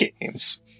games